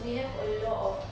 we have a lot of